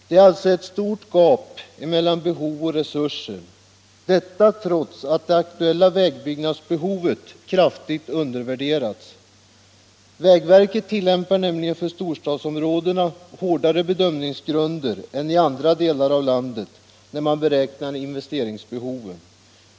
Det är alltså ett stort gap mellan behov och resurser, detta trots att det aktuella vägbyggnadsbehovet kraftigt undervärderats. Vägverket tilllämpar nämligen inom storstadsområdena hårdare bedömningsgrunder än i andra delar av landet när man beräknar investeringsbehoven.